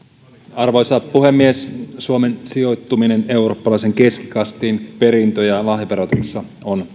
arvoisa puhemies suomen sijoittuminen eurooppalaiseen keskikastiin perintö ja lahjaverotuksessa on